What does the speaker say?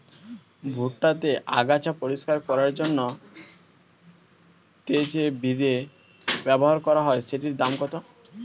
ভুট্টা তে আগাছা পরিষ্কার করার জন্য তে যে বিদে ব্যবহার করা হয় সেটির দাম কত?